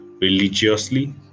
religiously